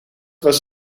was